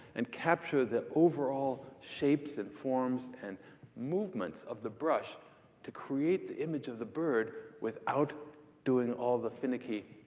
and capture the overall shapes and forms and movements of the brush to create the image of the bird without doing all the finicky,